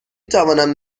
توانم